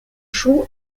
schuh